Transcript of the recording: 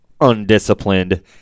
undisciplined